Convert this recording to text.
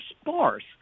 sparse